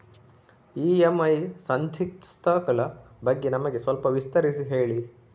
EMI ಸಂಧಿಸ್ತ ಗಳ ಬಗ್ಗೆ ನಮಗೆ ಸ್ವಲ್ಪ ವಿಸ್ತರಿಸಿ ಹೇಳಿ